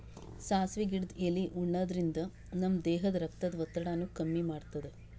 ಸಾಸ್ವಿ ಗಿಡದ್ ಎಲಿ ಉಣಾದ್ರಿನ್ದ ನಮ್ ದೇಹದ್ದ್ ರಕ್ತದ್ ಒತ್ತಡಾನು ಕಮ್ಮಿ ಮಾಡ್ತದ್